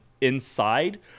inside